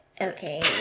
okay